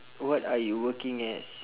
what are you working as